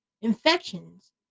Infections